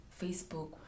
Facebook